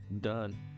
done